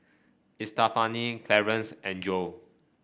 Estefani Clarence and Joe